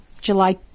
July